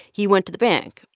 he went to the bank.